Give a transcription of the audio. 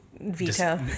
veto